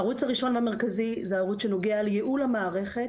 הערוץ הראשון והמרכזי זה הערוץ שנוגע לייעול המערכת,